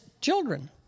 children